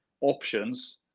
options